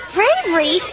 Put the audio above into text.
Bravery